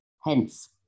Hence